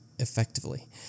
effectively